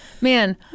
Man